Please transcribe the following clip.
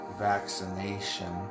vaccination